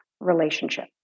relationship